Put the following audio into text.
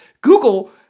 Google